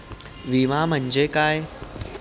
विमा म्हणजे काय?